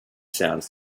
sounds